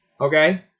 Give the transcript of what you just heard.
Okay